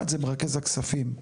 אחד זה מרכז הכספים,